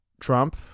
Trump